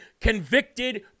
convicted